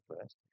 first